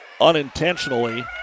unintentionally